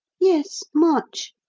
yes much,